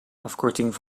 afkorting